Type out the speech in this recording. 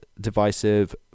Divisive